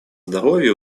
здоровья